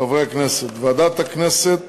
חברי הכנסת, ועדת הכנסת